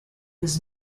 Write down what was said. was